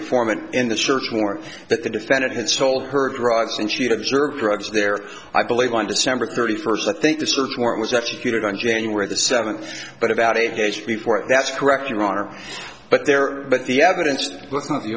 informant in the search warrant that the defendant had sold her drugs and she observed drugs there i believe on december thirty first i think the search warrant was executed on january the seventh but about a page before it that's correct your honor but there but the evidence